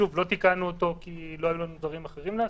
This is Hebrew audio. לא תיקנו אותו כי לא היו לנו דברים אחרים לעשות.